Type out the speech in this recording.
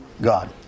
God